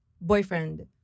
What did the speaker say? boyfriend